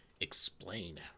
explain